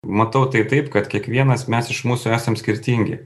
matau tai taip kad kiekvienas mes iš mūsų esam skirtingi